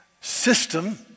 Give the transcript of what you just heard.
system